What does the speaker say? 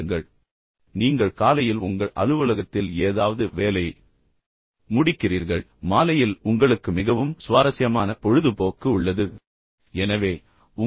எனவே நீங்கள் காலையில் உங்கள் அலுவலகத்தில் ஏதாவது வேலையை வேலையை முடிக்கிறீர்கள் மாலையில் உங்களுக்கு மிகவும் சுவாரஸ்யமான பொழுதுபோக்கு உள்ளது அல்லது நீங்கள் சென்று வேறு ஏதேனும் செயல்பாட்டில் ஈடுபடுகிறீர்கள்